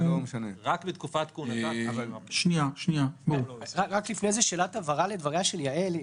רק לפני כן, שאלת הבהרה לדבריה של יעל: